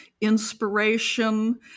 inspiration